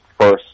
first